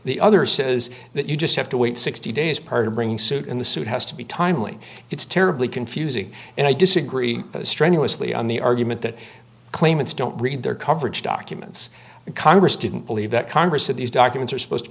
the other says that you just have to wait sixty days part of bringing suit in the suit to be timely it's terribly confusing and i disagree strenuously on the argument that claimants don't read their coverage documents and congress didn't believe that congress of these documents are supposed to